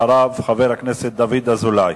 אחריו, חבר הכנסת דוד אזולאי.